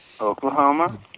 Oklahoma